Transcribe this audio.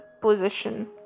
position